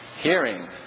hearing